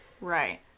Right